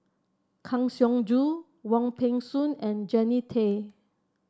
Kang Siong Joo Wong Peng Soon and Jannie Tay